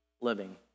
living